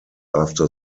after